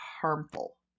harmful